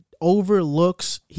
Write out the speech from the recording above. overlooks